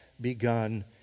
begun